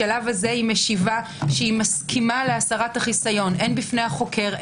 היא משיבה שהיא מסכימה להסרת החיסיון הן בפני החוקר,